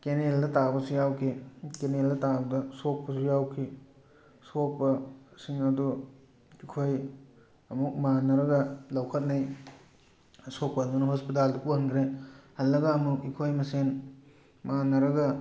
ꯀꯦꯅꯦꯜꯗ ꯇꯥꯕꯁꯨ ꯌꯥꯎꯈꯤ ꯀꯦꯅꯦꯜꯗ ꯇꯥꯕꯗ ꯁꯣꯛꯄꯁꯨ ꯌꯥꯎꯈꯤ ꯁꯣꯛꯄꯁꯤꯡ ꯑꯗꯨ ꯑꯩꯈꯣꯏ ꯑꯃꯨꯛ ꯃꯥꯟꯅꯔꯒ ꯂꯧꯈꯠꯅꯩ ꯑꯁꯣꯛꯄ ꯑꯗꯨꯅ ꯍꯣꯁꯄꯤꯇꯥꯜꯗ ꯄꯨꯍꯟꯈ꯭ꯔꯦ ꯍꯜꯂꯒ ꯑꯃꯨꯛ ꯑꯩꯈꯣꯏ ꯃꯁꯦꯜ ꯃꯥꯟꯅꯔꯒ